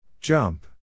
jump